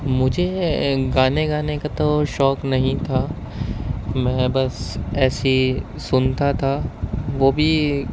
مجھے گانے گانے کا تو شوق نہیں تھا میں بس ایسے ہی سنتا تھا وہ بھی